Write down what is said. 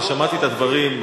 אני שמעתי את הדברים,